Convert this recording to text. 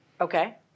Okay